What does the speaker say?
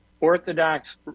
Orthodox